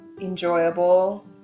enjoyable